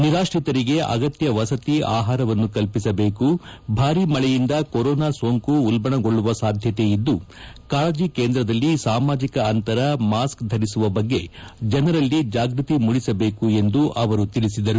ನಿರಾಶ್ರಿತರಿಗೆ ಅಗತ್ಯ ವಸತಿ ಅಹಾರವನ್ನು ಕಲ್ಪಿಸಬೇಕು ಭಾರೀ ಮಳೆಯಿಂದ ಕೊರೋನಾ ಸೋಂಕು ಉಲ್ಪಣಗೊಳ್ಳುವ ಸಾಧ್ಯತೆಇದ್ದು ಕಾಳಜಿ ಕೇಂದ್ರದಲ್ಲಿ ಸಾಮಾಜಿಕ ಅಂತರ ಮಾಸ್ಕ್ ಧರಿಸುವ ಬಗ್ಗೆ ಜನರಲ್ಲಿ ಜಾಗೃತಿ ಮೂಡಿಸಬೇಕು ಎಂದು ಅವರು ತಿಳಿಸಿದ್ದಾರೆ